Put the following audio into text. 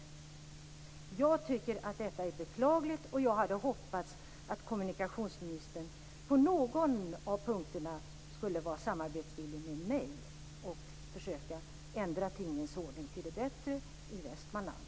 Jag tycker att detta är beklagligt. Jag hade hoppats att kommunikationsministern på någon av punkterna skulle vilja samarbeta med mig och försöka ändra tingens ordning till det bättre i Västmanland.